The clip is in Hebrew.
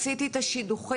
עשיתי את השידוכים,